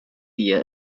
via